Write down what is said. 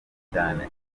cyane